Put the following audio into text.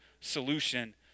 solution